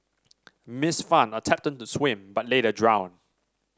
Miss Fan attempted to swim but later drowned